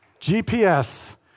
GPS